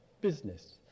business